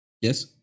yes